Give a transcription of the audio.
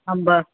अंब